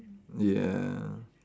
ya